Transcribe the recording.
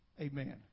Amen